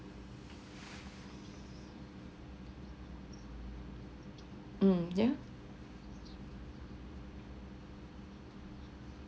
mm yeah